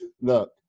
look